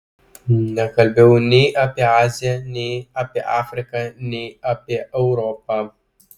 nekalbėjau nei apie aziją nei apie afriką nei apie europą